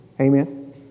Amen